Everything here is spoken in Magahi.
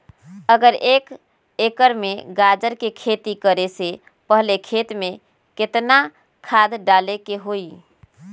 अगर एक एकर में गाजर के खेती करे से पहले खेत में केतना खाद्य डाले के होई?